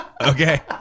Okay